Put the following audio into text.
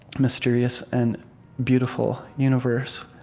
mysterious, and beautiful universe.